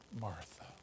Martha